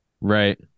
right